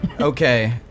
Okay